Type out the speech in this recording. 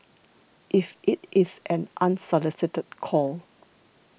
if it is an unsolicited call